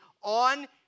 on